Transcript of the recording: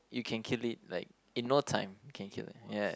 you can kill it like in no time can kill it yeah